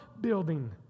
building